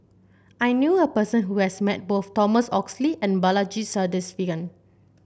I knew a person who has met both Thomas Oxley and Balaji Sadasivan